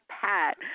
pat